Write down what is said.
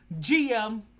GM